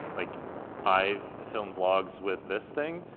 like i film vlogs with this thing,